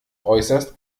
äußerst